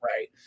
right